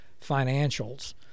financials